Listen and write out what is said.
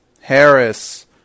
Harris